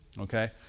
Okay